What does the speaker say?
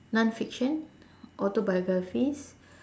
non fiction autobiographies